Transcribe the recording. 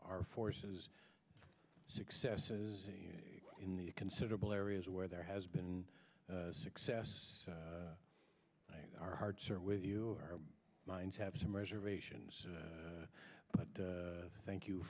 our forces successes in the considerable areas where there has been a success our hearts are with you our minds have some reservations but thank you